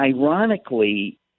ironically